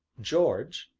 george,